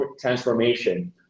transformation